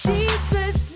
Jesus